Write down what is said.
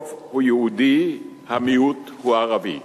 הרוב הוא יהודי, המיעוט הוא ערבי.